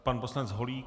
Pan poslanec Holík.